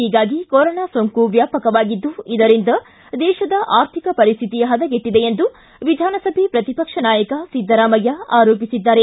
ಹೀಗಾಗಿ ಕೊರೊನಾ ಸೋಂಕು ವ್ಯಾಪಕವಾಗಿದ್ದು ಇದರಿಂದ ದೇಶದ ಆರ್ಥಿಕ ಪರಿಸ್ಥಿತಿ ಹದಗೆಟ್ಟಿದೆ ಎಂದು ವಿಧಾನಸಭೆ ಪ್ರತಿಪಕ್ಷ ನಾಯಕ ಸಿದ್ದರಾಮಯ್ಯ ಆರೋಪಿಸಿದ್ದಾರೆ